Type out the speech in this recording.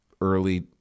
early